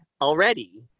already